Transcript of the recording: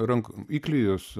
rankų įklijos